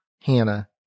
Hannah